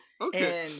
okay